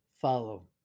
follow